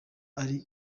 ari